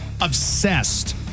obsessed